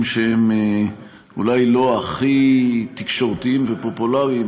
שהם אולי לא הכי תקשורתיים ופופולריים,